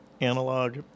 analog